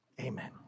Amen